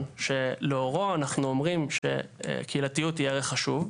שלאורו אנחנו אומרים שקהילתיות היא ערך חשוב.